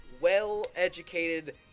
well-educated